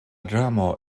dramo